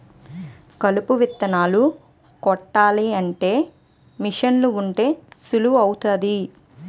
కలుపు విత్తనాలు కొట్టాలంటే మీసన్లు ఉంటే సులువు అవుతాది